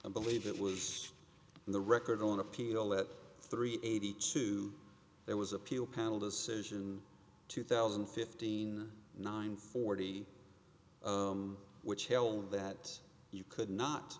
i believe it was the record on appeal that three eighty two there was appeal panel decision two thousand and fifteen nine forty which held that you could not